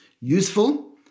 Useful